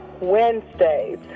Wednesdays